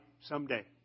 someday